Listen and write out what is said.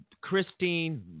Christine